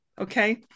okay